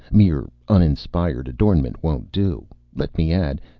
mere uninspired adornment won't do, let me add.